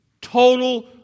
Total